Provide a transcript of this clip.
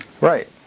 Right